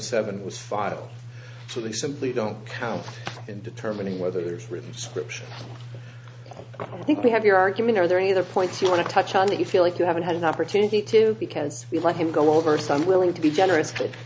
seven was filed so they simply don't count in determining whether there's really scripture i think we have your argument are there any other points you want to touch on that you feel like you haven't had an opportunity to do because you let him go over some willing to be generous